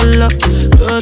love